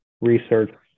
research